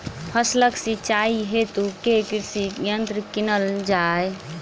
फसलक सिंचाई हेतु केँ कृषि यंत्र कीनल जाए?